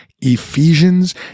Ephesians